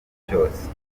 cyose